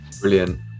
brilliant